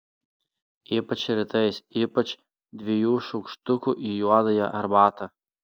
ypač rytais ypač dviejų šaukštukų į juodąją arbatą